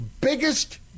biggest